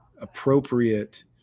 appropriate